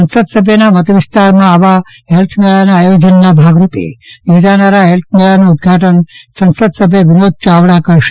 સંસદ સભ્યના મત વિસ્તારમાં આવા હેલ્થ મેળાના આયોજનના ભાગ રૂપે યોજાનારા હેલ્થમેળાનું ઉદ્વાટન સાંસદ સભ્ય વિનોદ યાવડા કરશે